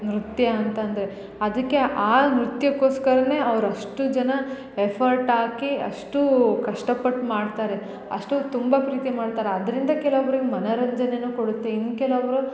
ನೃತ್ಯ ಅಂತಂದರೆ ಅದಕ್ಕೆ ಆ ನೃತ್ಯಕೋಸ್ಕರ ಅವ್ರು ಅಷ್ಟು ಜನ ಎಫರ್ಟ್ ಹಾಕಿ ಅಷ್ಟು ಕಷ್ಟಪಟ್ಟು ಮಾಡ್ತಾರೆ ಅಷ್ಟು ತುಂಬ ಪ್ರೀತಿ ಮಾಡ್ತಾರೆ ಅದರಿಂದ ಕೆಲೊಬ್ರಿಗೆ ಮನೋರಂಜನೆಯೂ ಕೊಡುತ್ತೆ ಇನ್ನ ಕೆಲವರು